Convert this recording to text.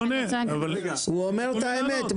--- הוא אומר את האמת.